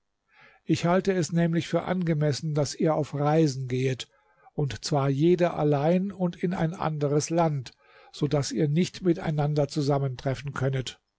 ich halte es nämlich für angemessen daß ihr auf reisen gehet und zwar jeder allein und in ein anderes land so daß ihr nicht miteinander zusammentreffen könnet